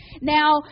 Now